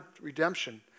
redemption